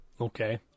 Okay